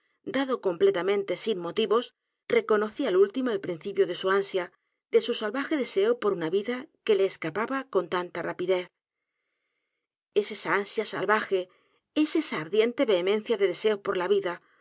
dado completamente sin motivos reconocí al último el principio de su ansia de su salvaje deseo por una vida que le escapaba con tanta rapidez e s esa ansia salvaje es esa ardiente vehemencia de deseo por la vida por